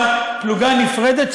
אבל פלוגה נפרדת,